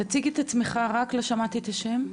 תציג את עצמך רק, לא שמעתי את השם.